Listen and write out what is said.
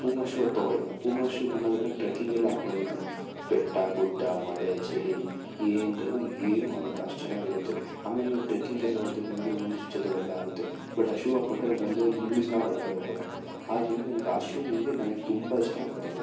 Puma shoe ಅದು ತಗೊಳ್ಳಿ Puma shoe ನಾನದನ್ನ ಟ್ರಕ್ಕಿಂಗೆಲ್ಲ ಹಾಕೊಂಡು ಹೋಗಿದ್ದೀನಿ ಬೆಟ್ಟ ಗುಡ್ಡ ಮಳೆ ಚಳಿ ಏನರಲ್ಲೂ ಏನು ಆಗೋಲ್ಲ ಅಷ್ಟು ಚೆನ್ನಾಗಿರುತ್ತೆ ಆಮೇಲೆ ನೀವು ಟ್ರಕ್ಕಿಂಗ್ ಎಲ್ಲ ಹೋದ್ರೆ ನಿಮಗೆ ಮುಳ್ಳು ಚುಚ್ಚೋದು ಅವೆಲ್ಲ ಆಗುತ್ತೆ ಬಟ್ ಆ ಶೂ ಹಾಕ್ಕೊಂಡ್ರೆ ನಿಮ್ಗೆ ಒಂದೇ ಒಂದು ಮುಳ್ಳು ಸಹ ಒಳಗಡೆ ಹೋಗೋಲ್ಲ ಆದ್ದರಿಂದ ನಿಮಿಗೆ ಆ ಶೂ ನಿನಗೆ ನನಿಗೆ ತುಂಬ ಇಷ್ಟ ಆಗಿಬಿಟ್ಟಿದೆ